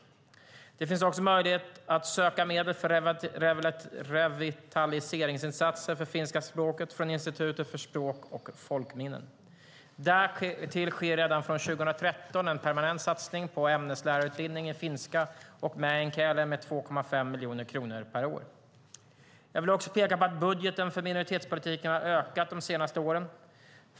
Det finns också möjlighet att söka medel för revitaliseringsinsatser för finska språket från Institutet för språk och folkminnen. Därtill sker redan från och med 2013 en permanent satsning på ämneslärarutbildning i finska och meänkieli med 2,5 miljoner kronor per år. Jag vill också peka på att budgeten för minoritetspolitiken har ökat de senaste åren.